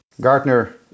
Gartner